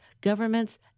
governments